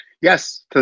Yes